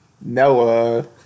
Noah